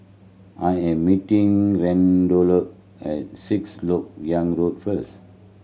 I am meeting Randolph at Sixth Lok Yang Road first